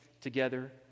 together